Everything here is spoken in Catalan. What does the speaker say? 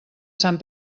sant